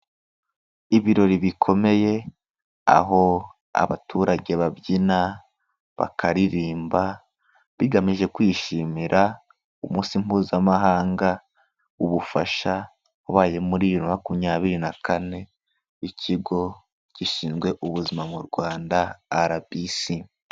Ibirori bikomeye aho abaturage babyina, bakaririmba bigamije kwishimira umunsi mpuzamahanga w'ubufasha wabaye muri bibiri na makumyabiri na kane, Ikigo gishinzwe ubuzima mu Rwanda RBC.